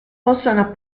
possono